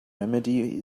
remedy